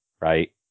right